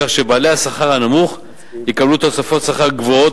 כך שבעלי השכר הנמוך יקבלו תוספות שכר גבוהות